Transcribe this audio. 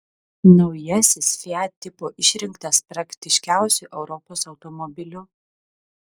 naujasis fiat tipo išrinktas praktiškiausiu europos automobiliu